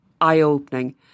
eye-opening